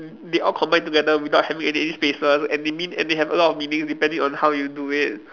they all combine together without having any any spaces and they mean and they have a lot of meanings depending on how you do it